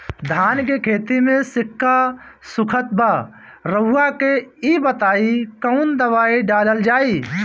धान के खेती में सिक्का सुखत बा रउआ के ई बताईं कवन दवाइ डालल जाई?